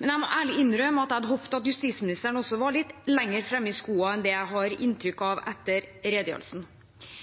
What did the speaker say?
Men jeg må ærlig innrømme at jeg hadde håpet at justisministeren var litt lenger framme i skoene enn det jeg har inntrykk av etter redegjørelsen.